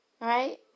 Right